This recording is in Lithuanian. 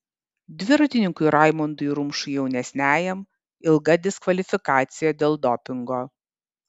dviratininkui raimondui rumšui jaunesniajam ilga diskvalifikacija dėl dopingo